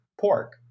pork